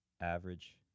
average